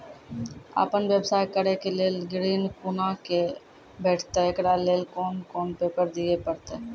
आपन व्यवसाय करै के लेल ऋण कुना के भेंटते एकरा लेल कौन कौन पेपर दिए परतै?